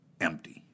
empty